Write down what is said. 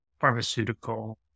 pharmaceutical